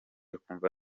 akumva